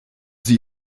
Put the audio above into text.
sie